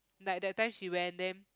like that time she went then